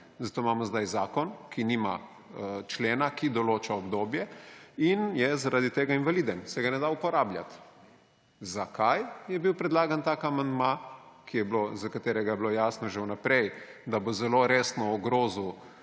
zato imamo zdaj zakon, ki nima člena, ki določa obdobje in je zaradi tega invaliden, se ga ne da uporabljati. Zakaj je bil predlagan tak amandma, za katerega je bilo jasno že v naprej, da bo zelo resno ogrozil